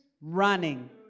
running